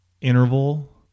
interval